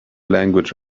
language